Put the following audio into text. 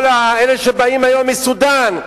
כל אלה שבאים היום מסודן,